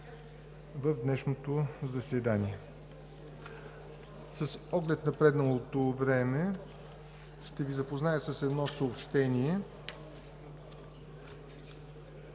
в днешното заседание. С оглед напредналото време ще Ви запозная с едно съобщение: